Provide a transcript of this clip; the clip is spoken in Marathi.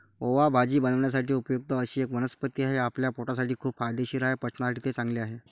ओवा भाजी बनवण्यासाठी उपयुक्त अशी एक वनस्पती आहे, आपल्या पोटासाठी खूप फायदेशीर आहे, पचनासाठी ते चांगले आहे